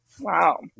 Wow